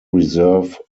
reserve